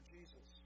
Jesus